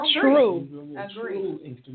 true